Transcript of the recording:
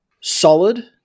solid